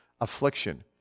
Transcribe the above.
affliction